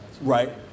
right